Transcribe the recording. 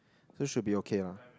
so should be okay lah